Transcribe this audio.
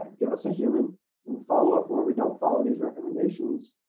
give us a human and follow-up where we don't follow these recommendations,